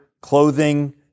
clothing